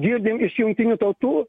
girdim iš jungtinių tautų